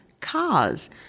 cars